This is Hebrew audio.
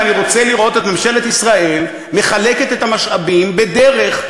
ואני רוצה לראות את ממשלת ישראל מחלקת את המשאבים בדרך,